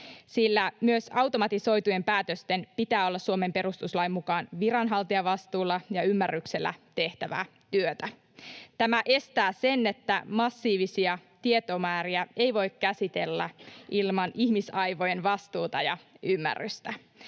sillä myös automatisoitujen päätösten pitää olla Suomen perustuslain mukaan viranhaltijavastuulla ja ymmärryksellä tehtäviä. Tämä estää sen, että massiivisia tietomääriä ei voi käsitellä ilman ihmisaivojen vastuuta ja ymmärrystä.